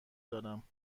دارم